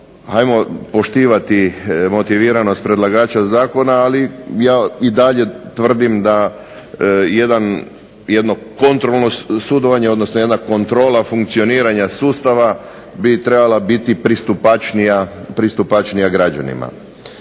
Ajmo poštivati motiviranost predlagača zakona, ali ja i dalje tvrdim da jedno kontrolno sudovanje, odnosno jedna kontrola funkcioniranja sustava bi trebala biti pristupačnija građanima.